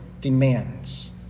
demands